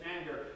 anger